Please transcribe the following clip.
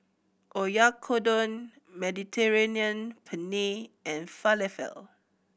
Oyakodon Mediterranean Penne and Falafel